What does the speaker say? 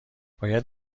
باید